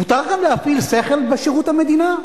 מותר גם להפעיל שכל בשירות המדינה?